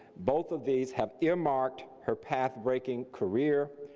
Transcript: both of these have earmarked her path-breaking career,